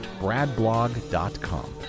bradblog.com